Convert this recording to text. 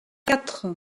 quatre